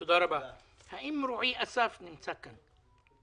כל התקציבים שהיו אצלנו בתחום העבודה